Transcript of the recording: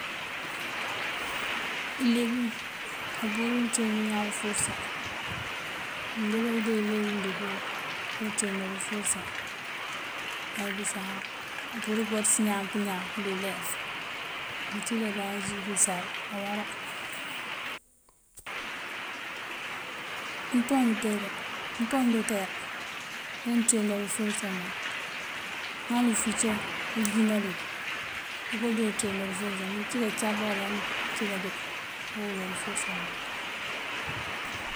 Ileegum ampúrir pëënţeend iñaan uforësa. Mëëndeeba këënde ileegum dí përe, ajee inţeendël uforësa. Ŋal bisaab ampúrir káwáantës iñaan pëñáak dí ulef. Mëëncí káandáan ju bissaab awara. Umpomëndëter, umpomëndëter ajá mëënţeend uforësa mak. Ŋal ufúncoŋ unjíinál uwí ooko joo unteendël uforësa, mëëncí káancámpáwul amëëncí kaande ewular uforësa mak.